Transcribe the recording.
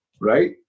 Right